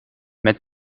met